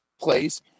place